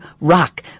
ROCK